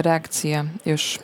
reakcija iš